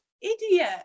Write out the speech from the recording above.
idiot